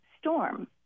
storm